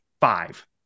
Five